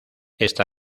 esta